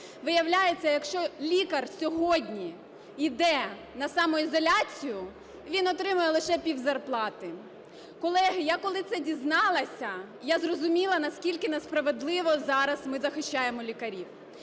Виявляться, що якщо лікар сьогодні іде на самоізоляцію, він отримує лише пів зарплати. Колеги, я коли це дізналася, я зрозуміла, наскільки несправедливо зараз ми захищаємо лікарів!